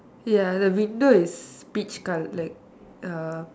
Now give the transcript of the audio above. ya the window is peach color like uh